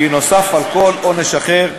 כי נוסף על כל עונש אחר,